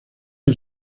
han